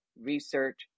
Research